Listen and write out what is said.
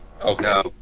Okay